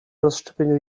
rozszczepieniu